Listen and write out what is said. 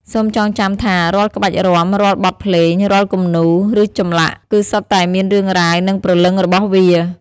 សូមចងចាំថា រាល់ក្បាច់រាំ រាល់បទភ្លេង រាល់គំនូរ ឬចម្លាក់ គឺសុទ្ធតែមានរឿងរ៉ាវ និងព្រលឹងរបស់វា។